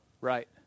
Right